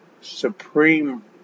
Supreme